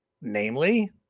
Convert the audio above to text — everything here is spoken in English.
namely